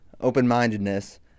open-mindedness